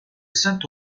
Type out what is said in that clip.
sainte